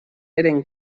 eren